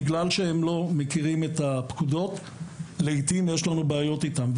בגלל שהם לא מכירים את הפקודות יש לנו בעיות איתם.